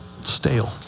stale